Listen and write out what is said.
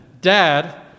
dad